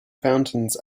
fountains